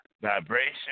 Vibration